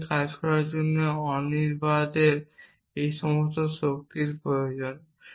এবং এটি কাজ করার জন্য অনির্ধারণবাদের এই সমস্ত শক্তির প্রয়োজন